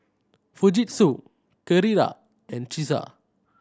Fujitsu Carrera and Cesar